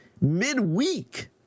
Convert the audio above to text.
midweek